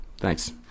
Thanks